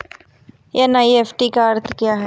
NEFT का अर्थ क्या है?